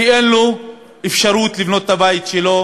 כשאין לו אפשרות לבנות את הבית שלו